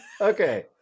Okay